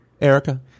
erica